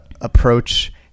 approach